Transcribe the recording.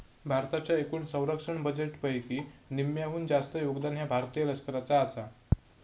भारताच्या एकूण संरक्षण बजेटपैकी निम्म्याहून जास्त योगदान ह्या भारतीय लष्कराचा आसा